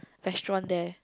restaurant there